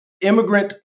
immigrant